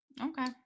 Okay